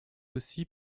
aussi